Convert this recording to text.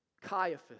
Caiaphas